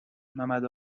ممد